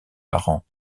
parents